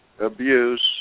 abuse